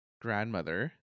grandmother